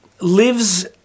Lives